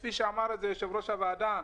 כפי שאמר את זה יו"ר הוועדה,